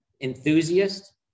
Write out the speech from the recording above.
enthusiast